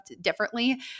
differently